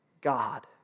God